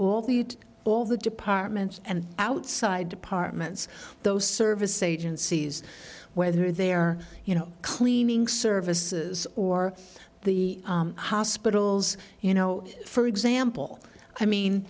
all the it all the departments and outside departments those service agencies whether they're you know cleaning services or the hospitals you know for example i mean